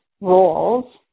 roles